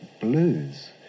blues